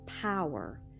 power